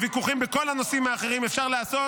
את הוויכוחים בכל הנושאים האחרים אפשר לעשות.